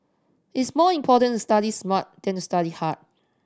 it is more important to study smart than to study hard